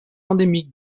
endémique